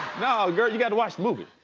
ah girl, you gotta watch the movie.